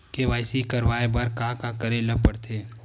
KYC करवाय बर का का करे ल पड़थे?